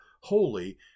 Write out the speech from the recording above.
Holy